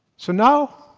so now,